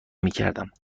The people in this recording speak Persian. میکردم